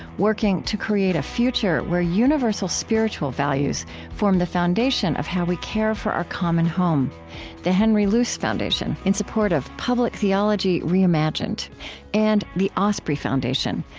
working to create a future where universal spiritual values form the foundation of how we care for our common home the henry luce foundation, in support of public theology reimagined and the osprey foundation,